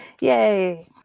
Yay